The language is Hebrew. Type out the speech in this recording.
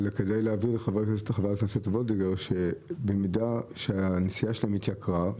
כדאי להבהיר לחברת הכנסת וולדיגר שבמידה שהנסיעה שלהם התייקרה,